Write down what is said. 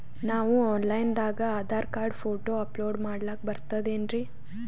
ನಾವು online ದಾಗ Aadhaar card, photo upload ಮಾಡ್ಲಕ ಬರ್ತದೇನ್ರಿ?